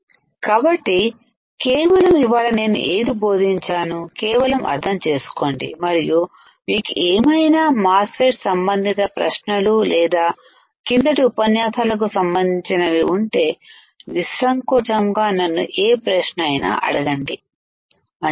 కాబట్టి కేవలం ఇవాళ నేను ఏది బోధించాను కేవలం అర్థం చేసుకోండి మరియు మీకు ఏమైనా మాస్ ఫెట్ సంబంధిత ప్రశ్నలు లేదా కిందటి ఉపన్యాసాలకు సంబంధించిన వి ఉంటే నిస్సంకోచంగా నన్ను ఏ ప్రశ్న అయినా అడగండి మంచిది